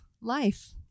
life